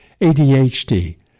ADHD